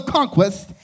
conquest